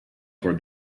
toward